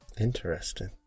Interesting